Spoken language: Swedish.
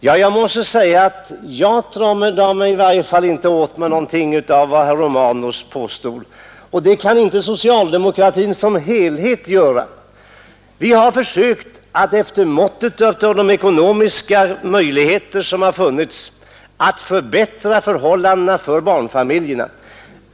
Jag måste säga att jag tar i varje fall inte åt mig av vad herr Romanus påstod. Det kan inte heller socialdemokratin som helhet göra. Vi har försökt att efter måttet av de ekonomiska möjligheter som funnits förbättra förhållandena för barnfamiljerna.